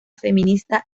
feminista